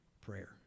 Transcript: prayer